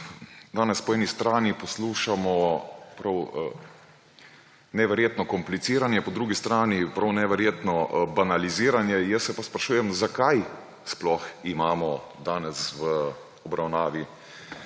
Danes po eni strani poslušamo prav neverjetno kompliciranje, po drugi strani prav neverjetno banaliziranje, jaz se pa sprašujem, zakaj sploh imamo danes v obravnavi